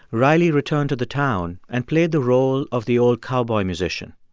riley returned to the town and played the role of the old cowboy musician.